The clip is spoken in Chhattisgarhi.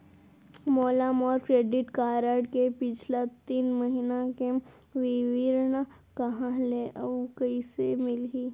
मोला मोर क्रेडिट कारड के पिछला तीन महीना के विवरण कहाँ ले अऊ कइसे मिलही?